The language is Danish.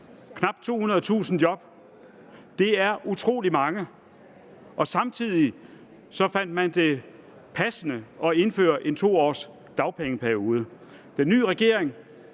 knap 200.000 job er utrolig mange – og samtidig fandt man det passende at indføre en dagpengeperiode